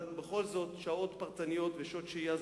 אבל בכל זאת שעות פרטניות ושעות שהייה הן